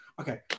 Okay